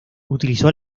utilizó